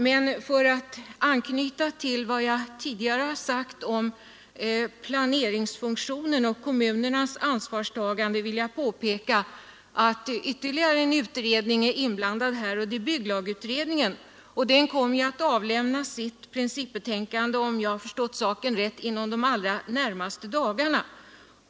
Men för att anknyta till vad jag tidigare sagt om planeringsfunktionen och kommunernas ansvarstagande vill jag påpeka att ytterligare en utredning är inblandad här, nämligen bygglagutredningen. Den kommer att avge sitt principbetänkande, om jag har förstått saken rätt, inom de allra närmaste dagarna.